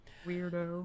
weirdo